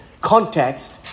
context